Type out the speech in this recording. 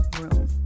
room